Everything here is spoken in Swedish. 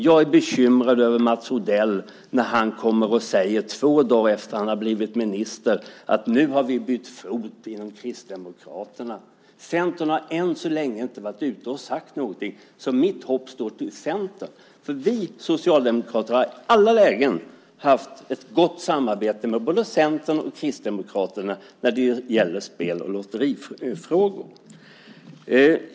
Jag blir bekymrad över när Mats Odell två dagar efter det att han har blivit minister kommer och säger: Nu har vi bytt fot inom Kristdemokraterna. Centern har än så länge inte sagt någonting. Mitt hopp står till Centern. Vi socialdemokrater har i alla lägen haft ett gott samarbete med både Centerpartiet och Kristdemokraterna när det gäller spel och lotterifrågor.